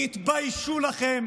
תתביישו לכם.